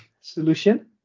solution